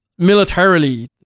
Militarily